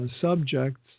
subjects